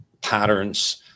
patterns